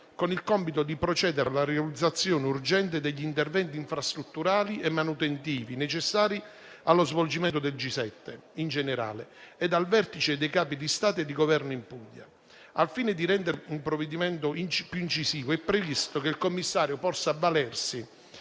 con il compito di procedere alla realizzazione urgente degli interventi infrastrutturali e manutentivi necessari allo svolgimento del G7 in generale e al Vertice dei Capi di Stato e di Governo in Puglia. Al fine di rendere il provvedimento più incisivo, è previsto che il commissario possa avvalersi